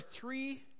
three